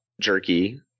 jerky